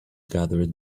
gathered